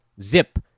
zip